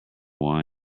wine